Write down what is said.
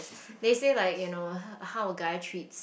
they say like you know how how a guy treats